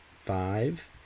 five